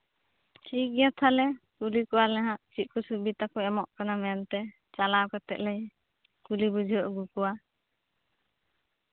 ᱦᱮᱸ ᱴᱷᱤᱠ ᱜᱮᱭᱟ ᱛᱟᱦᱚᱞᱮ ᱠᱩᱞᱤ ᱠᱚᱣᱟᱞᱮ ᱦᱟᱜ ᱪᱮᱫ ᱠᱚ ᱥᱩᱵᱤᱫᱷᱟ ᱠᱚ ᱮᱢᱚᱜ ᱠᱟᱱᱟ ᱢᱮᱱᱛᱮ ᱪᱟᱞᱟᱣ ᱠᱟᱛᱮᱫ ᱞᱮ ᱠᱩᱞᱤ ᱵᱩᱡᱷᱟᱹᱣ ᱟᱹᱜᱩ ᱠᱚᱣᱟ